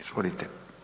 Izvolite.